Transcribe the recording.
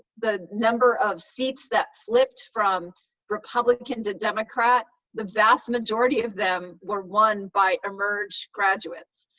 the number of seats that flipped from republican to democrat. the vast majority of them were won by emerge graduates.